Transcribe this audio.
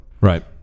Right